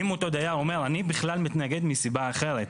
אם אותו דייר אומר שהוא בכל מתנגד מסיבה אחרת,